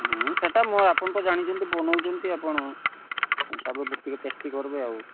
ହୁଁ ସେଟା ଆପଣ ଜାଣିଛନ୍ତି ବନଉଛନ୍ତି ଆପଣ ହିସାବ ଟିକେ ଟେଷ୍ଟି କରିବେ ଆଉ